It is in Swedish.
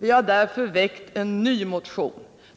Vi har därför väckt en ny motion,